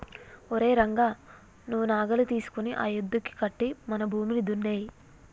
ఓరై రంగ నువ్వు నాగలి తీసుకొని ఆ యద్దుకి కట్టి మన భూమిని దున్నేయి